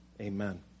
amen